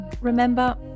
remember